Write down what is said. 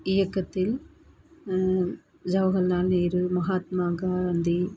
இயக்கத்தில் ஜவஹல்லால் நேரு மஹாத்மா காந்தி